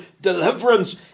deliverance